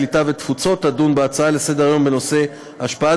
הקליטה והתפוצות תדון בהצעה לסדר-היום בנושא: השפעת